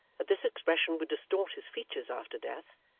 that this expression would distort his features after death,